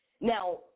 Now